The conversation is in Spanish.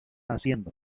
haciendo